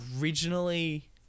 originally